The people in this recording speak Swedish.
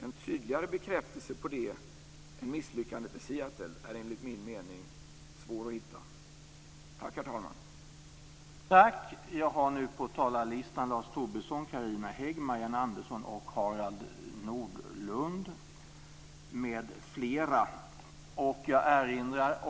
En tydligare bekräftelse på det än misslyckandet i Seattle är enligt min mening svår att hitta. Tack, herr talman!